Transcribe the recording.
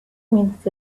minutes